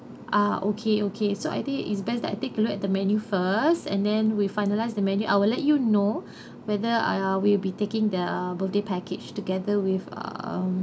ah okay okay so I think it's best that I take a look at the menu first and then we finalise the menu I will let you know whether uh we'll be taking the birthday package together with uh